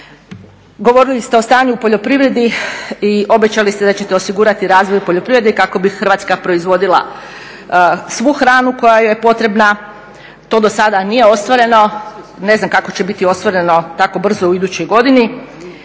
Govorili ste o stanju u poljoprivredi i obećali ste da ćete osigurati razvoj poljoprivrede kako bi Hrvatska proizvodila svu hranu koja joj je potrebna. To dosada nije ostvareno. Ne znam kako će biti ostvareno tako brzo u idućoj godini.